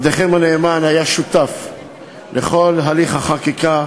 עבדכם הנאמן היה שותף לכל הליך החקיקה,